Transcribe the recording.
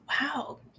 Wow